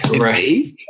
right